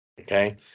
okay